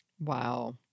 Wow